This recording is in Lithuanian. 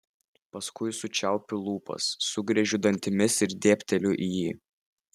paskui sučiaupiu lūpas sugriežiu dantimis ir dėbteliu į jį